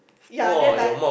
ya then like